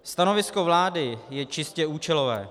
Stanovisko vlády je čistě účelové.